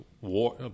war